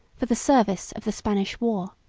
for the service of the spanish war.